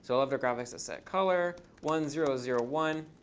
so love graphics setcolor one, zero, zero, one.